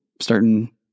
starting